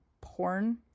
porn